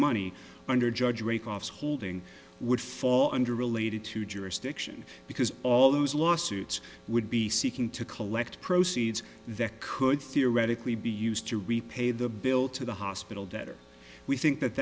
money under judge rake off holding would fall under related to jurisdiction because all those lawsuits would be seeking to collect proceeds that could theoretically be used to repay the bill to the hospital debtor we think that